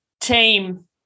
Team